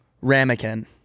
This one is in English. Ramekin